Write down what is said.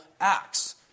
acts